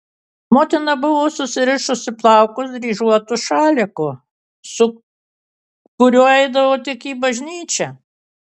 motina buvo susirišusi plaukus dryžuotu šaliku su kuriuo eidavo tik į bažnyčią